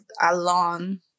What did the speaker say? alone